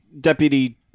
Deputy